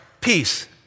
Peace